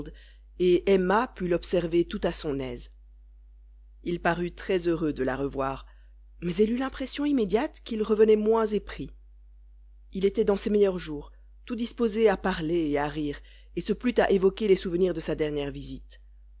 et emma put l'observer tout à son aise il parut très heureux de la revoir mais elle eut l'impression immédiate qu'il revenait moins épris il était dans ses meilleurs jours tout disposé à parler et à rire et se plut à évoquer les souvenirs de sa dernière visite